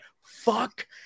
fuck